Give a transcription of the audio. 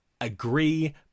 agree